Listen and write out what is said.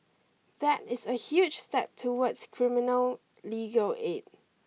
that is a huge step towards criminal legal aid